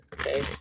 okay